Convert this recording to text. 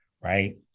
right